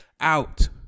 out